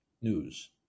news